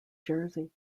jersey